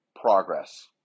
progress